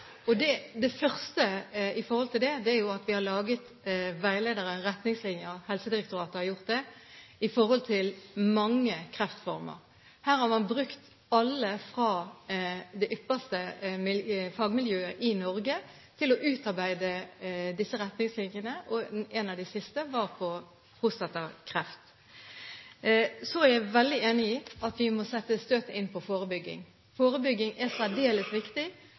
Det første i forhold til det er at Helsedirektoratet har laget veiledere og retningslinjer i forbindelse med mange kreftformer. Man har brukt folk fra det ypperste fagmiljøet i Norge til å utarbeide disse retningslinjene, og en av de siste var på prostatakreft. Så er jeg veldig enig i at vi må sette inn støtet på forebygging. Forebygging er særdeles viktig.